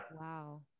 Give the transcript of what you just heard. Wow